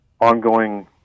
ongoing